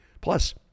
Plus